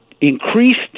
increased